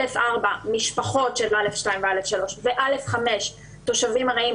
א'4 משפחות של א'2 ו-א'3 ו-א'5 תושבים ארעיים,